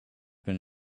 been